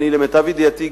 למיטב ידיעתי,